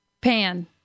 Pan